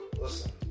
listen